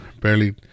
barely